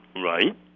Right